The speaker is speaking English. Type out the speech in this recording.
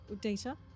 data